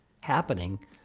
happening